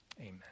Amen